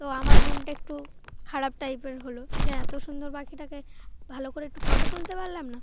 তো আমার মনটা একটু খারাপ টাইপের হলো যে এত সুন্দর পাখিটাকে ভালো করে একটু ফটো তুলতে পারলাম না